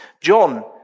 John